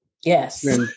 Yes